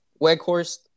Weghorst